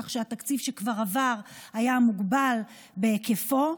כך שהתקציב שכבר עבר היה מוגבל בהיקפו,